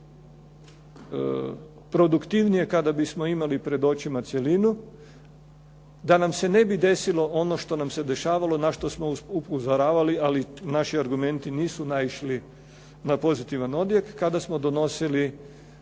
produktivnije kada bismo imali pred očima cjelinu da nam se ne bi desilo ono što nam se dešavalo na što smo upozoravali ali naši argumenti nisu naišli na pozitivan odjek kada smo donosili